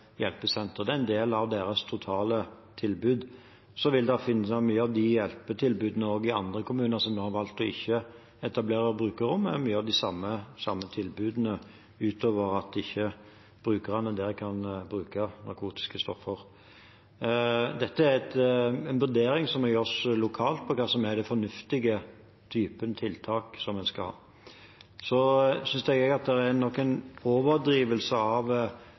hjelpesentre. Det er en del av deres totale tilbud. Så finnes mange av de hjelpetilbudene også i andre kommuner, som har valgt ikke å etablere brukerrom. Det er mye av de samme tilbudene, men brukerne kan ikke bruke narkotiske stoffer der. Det må gjøres en vurdering lokalt av hva som er den fornuftige typen tiltak en skal ha. Så synes jeg at det er